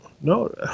no